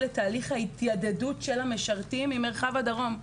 את תהליך ההתיידדות של המשרתים עם מרחב הדרום.